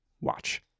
Watch